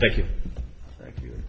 thank you thank you